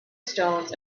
stones